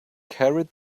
carried